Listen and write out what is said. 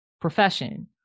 profession